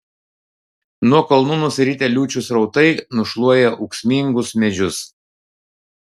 nuo kalnų nusiritę liūčių srautai nušluoja ūksmingus medžius